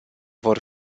vor